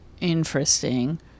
interesting